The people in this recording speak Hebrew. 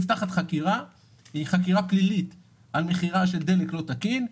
נפתחת חקירה פלילית על מכירה של דלק לא תקין,